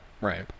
Right